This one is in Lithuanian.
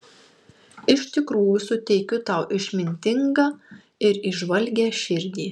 iš tikrųjų suteikiu tau išmintingą ir įžvalgią širdį